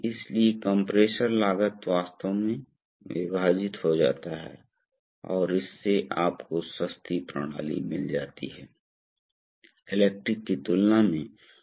इसलिए दबाव एक निश्चित स्तर से आगे नहीं बढ़ सकता है अब मान लीजिए कि आप कुछ समय के लिए परिचालन आवश्यकताओं के कारण इस वाल्व को खोलना चाहते हैं